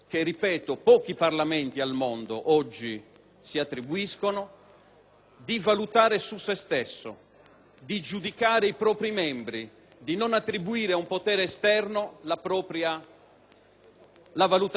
di valutare su se stesso, di giudicare i propri membri, di non attribuire ad un potere esterno la valutazione dei titoli di ammissione, cioè se uno di noi può stare o meno in quest'Aula.